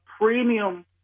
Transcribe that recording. premium